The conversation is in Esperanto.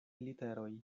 literoj